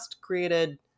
created